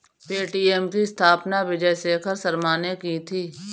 Paytm की स्थापना विजय शेखर शर्मा ने की थी